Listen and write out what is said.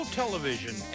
television